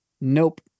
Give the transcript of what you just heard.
Nope